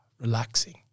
relaxing